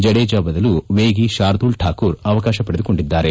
ಜಡೇಜಾ ಬದಲು ವೇಗಿ ಶಾರ್ದೂಲು ಠಾಕೂರ್ ಅವಕಾಶ ಪಡೆದುಕೊಂಡಿದ್ದಾರೆ